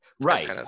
Right